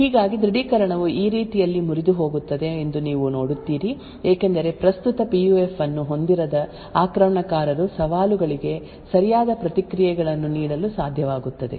ಹೀಗಾಗಿ ದೃಢೀಕರಣವು ಈ ರೀತಿಯಲ್ಲಿ ಮುರಿದುಹೋಗುತ್ತದೆ ಎಂದು ನೀವು ನೋಡುತ್ತೀರಿ ಏಕೆಂದರೆ ಪ್ರಸ್ತುತ ಪಿಯುಎಫ್ ಅನ್ನು ಹೊಂದಿರದ ಆಕ್ರಮಣಕಾರರು ಸವಾಲುಗಳಿಗೆ ಸರಿಯಾದ ಪ್ರತಿಕ್ರಿಯೆಗಳನ್ನು ನೀಡಲು ಸಾಧ್ಯವಾಗುತ್ತದೆ